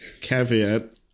caveat